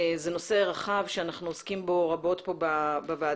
זה נושא רחב שאנחנו עוסקים בו רבות פה בוועדה,